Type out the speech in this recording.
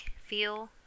feel